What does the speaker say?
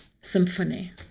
symphony